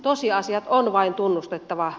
tosiasiat on vain tunnustettava